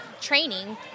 training